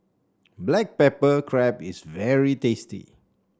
Black Pepper Crab is very tasty